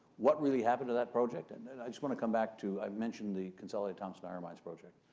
what really happened to that project and and i just want to come back to i mentioned the consolidated thomspon iron mines project.